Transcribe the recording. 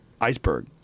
iceberg